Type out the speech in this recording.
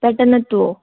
പെട്ടെന്ന് എത്തുമോ